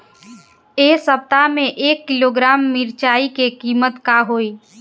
एह सप्ताह मे एक किलोग्राम मिरचाई के किमत का होई?